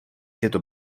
tyto